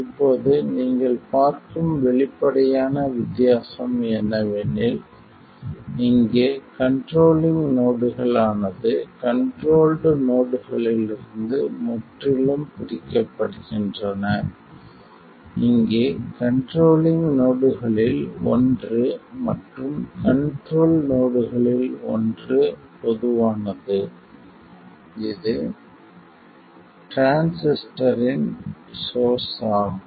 இப்போது நீங்கள் பார்க்கும் வெளிப்படையான வித்தியாசம் என்னவெனில் இங்கே கண்ட்ரோலிங் நோடுகள் ஆனது கண்ட்ரோல்ட் நோடுகளிலிருந்து முற்றிலும் பிரிக்கப்படுகின்றன இங்கே கண்ட்ரோலிங் நோடுகளில் ஒன்று மற்றும் கண்ட்ரோல் நோடுகளில் ஒன்று பொதுவானது இது டிரான்சிஸ்டரின் சோர்ஸ் ஆகும்